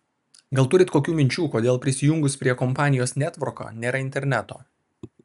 gal turit kokių minčių kodėl prisijungus prie kompanijos netvorko nėra interneto